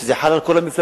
וזה חל על כל המפלגות.